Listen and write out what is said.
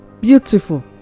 Beautiful